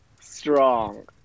strong